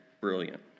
brilliant